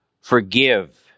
forgive